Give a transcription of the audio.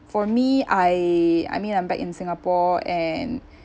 for me I I mean I'm back in singapore and